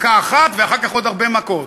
מכה אחת ואחר כך עוד הרבה מכות.